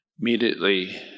immediately